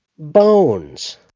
bones